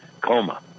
coma